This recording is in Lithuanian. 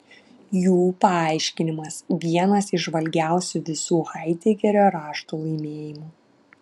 jų paaiškinimas vienas įžvalgiausių visų haidegerio raštų laimėjimų